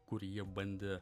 kurie bandė